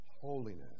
holiness